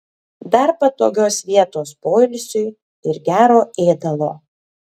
dar patogios vietos poilsiui ir gero ėdalo